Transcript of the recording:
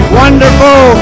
wonderful